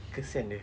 kesian dia